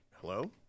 hello